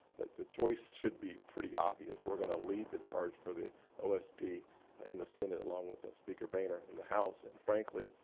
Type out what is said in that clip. the choice should be pretty obvious. we're going to lead the charge for the osp in the senate along with speaker boehner in the house. and, frankly,